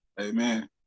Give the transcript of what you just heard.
Amen